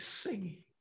singing